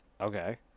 okay